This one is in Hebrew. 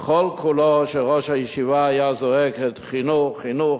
וכל כולו של ראש הישיבה היה זועק: חינוך,